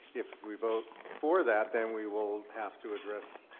if we vote for that, then we will have to address.